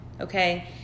Okay